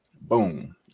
Boom